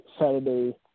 Saturday